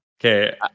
Okay